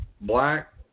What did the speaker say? black